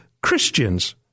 Christians